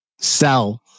sell